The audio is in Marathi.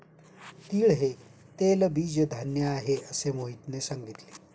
तीळ हे तेलबीज धान्य आहे, असे मोहितने सांगितले